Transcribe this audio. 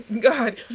god